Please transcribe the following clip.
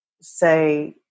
say